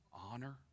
honor